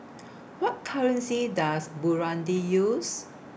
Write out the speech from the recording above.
What currency Does Burundi use